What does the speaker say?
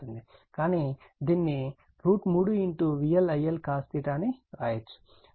కానీ దీనిని 3 VL IL cos అని వ్రాయవచ్చు